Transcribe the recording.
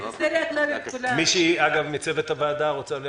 משה אבוטבול, בבקשה.